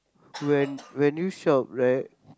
when when you shop right